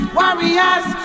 warriors